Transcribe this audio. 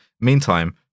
Meantime